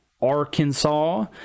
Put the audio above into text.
Arkansas